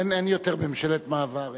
אין יותר ממשלת מעבר.